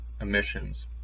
emissions